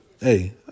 hey